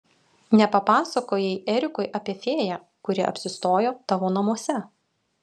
nepapasakojai erikui apie fėją kuri apsistojo tavo namuose